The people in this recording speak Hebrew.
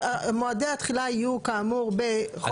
מועדי התחילה יהיו כאמור בחוק קביעת מועדים.